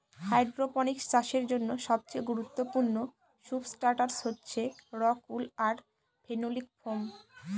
hydroponics চাষের জন্য সবচেয়ে গুরুত্বপূর্ণ সুবস্ট্রাটাস হচ্ছে রক উল আর ফেনোলিক ফোম